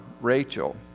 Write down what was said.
Rachel